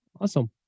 Awesome